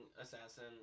assassin